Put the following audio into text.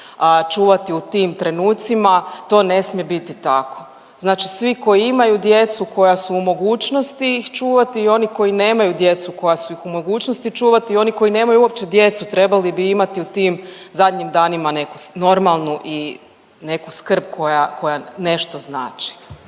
čuvati u tim trenucima, to ne smije biti tako. Znači svi koji imaju djecu koja su u mogućnosti ih čuvati i oni koji nemaju djecu koja su ih u mogućnosti čuvati i oni koji nemaju uopće djecu trebali bi imati u tim zadnjim danima neku normalnu i neku skrb koja, koja nešto znači.